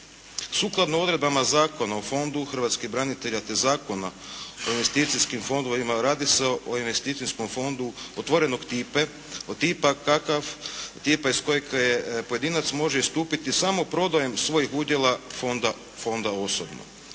Sukladno odredbama Zakona o Fondu hrvatskih branitelja te Zakona o investicijskim fondovima radi se o investicijskom fondu otvorenog tipa kakav tip je iz kojeg pojedinac može istupiti samo prodajom svojeg udjela fonda osobno.